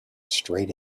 straight